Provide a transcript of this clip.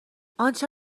انچه